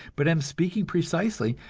but am speaking precisely,